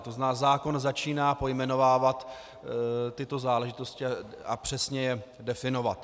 To znamená, zákon začíná pojmenovávat tyto záležitosti a přesně je definovat.